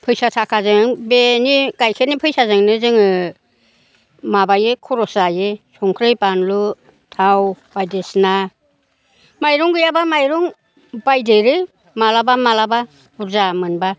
फैसा थाखाजों बेनि गाइखेरनि फैसाजोंनो जोङो माबायो खरस जायो संख्रि बानलु थाव बायदिसिना माइरं गैयाबा माइरं बायदेरो मालाबा मालाबा बुरजा मोनबा